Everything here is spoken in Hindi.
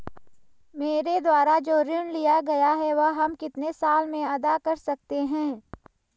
मेरे द्वारा जो ऋण लिया गया है वह हम कितने साल में अदा कर सकते हैं?